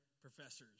professors